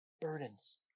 burdens